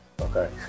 Okay